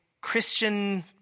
Christian